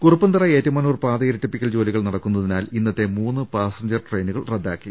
കുറുപ്പന്തറ ഏറ്റുമാനൂർ പാത ഇരട്ടിപ്പിക്കൽ ജോലികൾ നട ക്കുന്നതിനാൽ ഇന്നത്തെ മൂന്ന് പാസഞ്ചർ ട്രെയിനുകൾ റദ്ദാക്കി